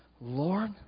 Lord